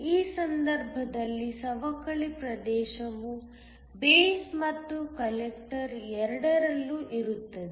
ಈ ಸಂದರ್ಭದಲ್ಲಿ ಸವಕಳಿ ಪ್ರದೇಶವು ಬೇಸ್ ಮತ್ತು ಕಲೆಕ್ಟರ್ ಎರಡರಲ್ಲೂ ಇರುತ್ತದೆ